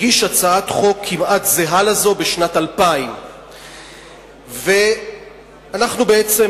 הגיש הצעת חוק כמעט זהה לזו בשנת 2000. אנחנו בעצם